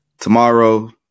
Tomorrow